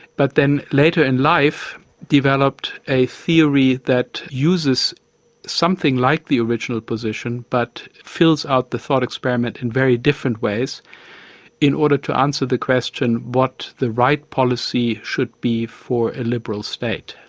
but then later in life developed a theory that uses something like the original position but fills out the thought experiment in very different ways in order to answer the question, what the right policy should be for a liberal state.